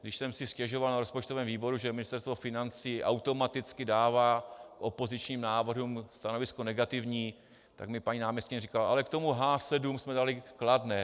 Když jsem si stěžoval na rozpočtovém výboru, že Ministerstvo financí automaticky dává k opozičním návrhům stanovisko negativní, tak mi paní náměstkyně říkala ale k tomu H7 jsme dali kladné.